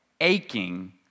aching